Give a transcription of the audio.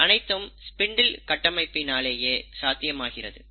இது அனைத்தும் ஸ்பிண்டில் கட்டமைப்பினாலேயே சாத்தியமாகிறது